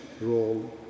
role